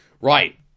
right